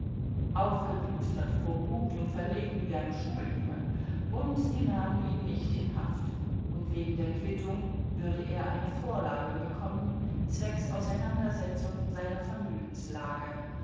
aufgeplustert vor wut und verlegen wie ein schuljunge und sie nahmen ihn nicht in haft und wegen der quittung würde er eine vorladung bekommen zwecks auseinandersetzung seiner vermögenslage